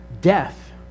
Death